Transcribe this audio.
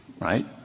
Right